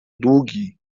długi